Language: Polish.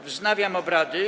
Wznawiam obrady.